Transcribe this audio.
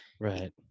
Right